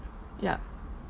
yup